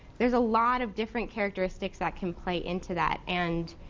there's a lot of different characteristics that can play into that and,